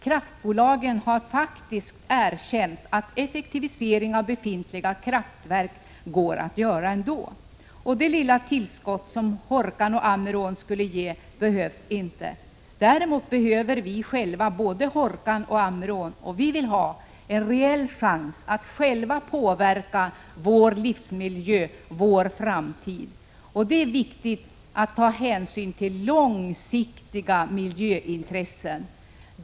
Kraftbolagen har faktiskt erkänt att en effektivisering av befintliga kraftverk ändå är möjlig. Det lilla tillskott som Hårkan och Ammerån skulle ge behövs inte. Däremot behöver vi själva både Hårkan och Ammerån. Dessutom vill vi ha en reell chans att själva påverka vår livsmiljö och vår framtid. Det är viktigt att ta hänsyn till långsiktiga miljöintressen.